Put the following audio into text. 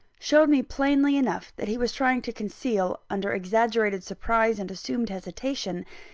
showed me plainly enough that he was trying to conceal, under exaggerated surprise and assumed hesitation,